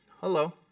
Hello